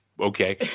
Okay